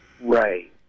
Right